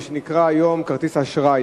מה שנקרא היום כרטיס אשראי,